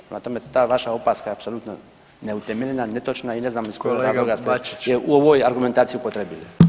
Prema tome, ta vaša opaska je apsolutno neutemeljena, netočna i ne znam iz kojeg razloga [[Upadica predsjednik: Kolega Bačić!]] ste je u ovoj argumentaciji upotrijebili.